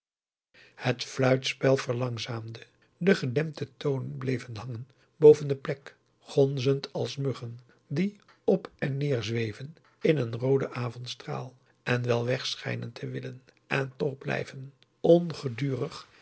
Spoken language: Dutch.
het fluitspel verlangzaamde de gedempte tonen bleven hangen boven de plek gonzend als muggen die op en neer zweven in een rooden avondstraal en wel weg schijnen te willen en toch blijven